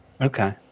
Okay